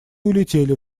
улетели